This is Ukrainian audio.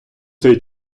цей